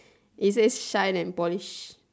it says shine and polish